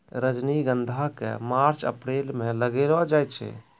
रजनीगंधा क मार्च अप्रैल म लगैलो जाय छै